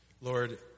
Lord